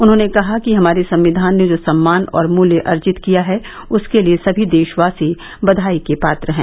उन्होंने कहा कि हमारे संविधान ने जो सम्मान और मूल्य अर्जित किया है उसके लिए सभी देशवासी बधाई के पात्र हैं